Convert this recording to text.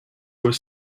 were